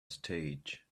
stage